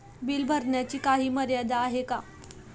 Bill भरण्याची काही मर्यादा आहे का?